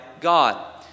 God